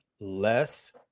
less